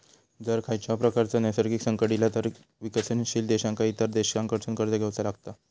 जर खंयच्याव प्रकारचा नैसर्गिक संकट इला तर विकसनशील देशांका इतर देशांकडसून कर्ज घेवचा लागता